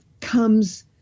comes